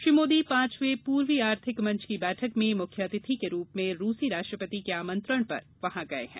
श्री मोदी पांचवे पूर्वी आर्थिक मंच की बैठक में मुख्य अतिथि के रूप में रूसी राष्ट्रपति के आमंत्रण पर वहां गये हैं